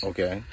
Okay